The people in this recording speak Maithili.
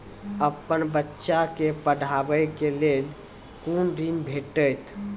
अपन बच्चा के पढाबै के लेल ऋण कुना भेंटते?